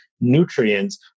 nutrients